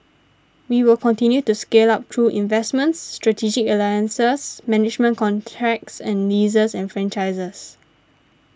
we will continue to scale up through investments strategic alliances management contracts and leases and franchises